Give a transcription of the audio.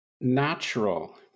natural